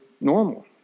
normal